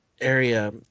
area